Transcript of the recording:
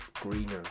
greener